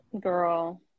Girl